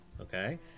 okay